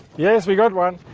yes, we got one.